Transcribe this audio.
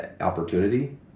opportunity